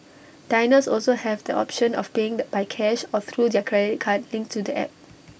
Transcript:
diners also have the option of paying the by cash or through their credit card linked to the app